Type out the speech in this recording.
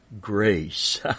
grace